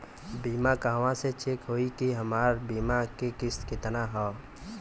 बीमा कहवा से चेक होयी की हमार बीमा के किस्त केतना ह?